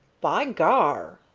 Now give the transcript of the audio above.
by gar!